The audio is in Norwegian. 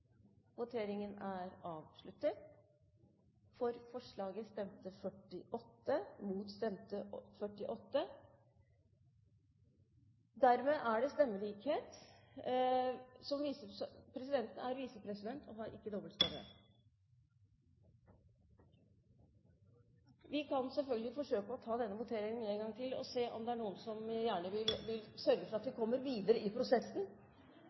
forslaget. Dermed er det stemmelikhet. Presidenten er visepresident og har ikke dobbeltstemme. Vi kan selvfølgelig forsøke å ta denne voteringen en gang til for å se om det er noen som gjerne vil sørge for at vi kommer videre i prosessen.